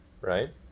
right